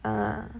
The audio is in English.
err